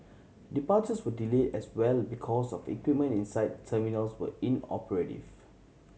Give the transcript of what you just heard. departures were delay as well because of equipment inside terminals were inoperative